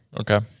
Okay